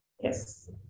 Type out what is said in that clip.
Yes